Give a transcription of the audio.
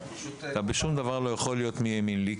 אתה לא יכול להיות מימין לי בשום דבר.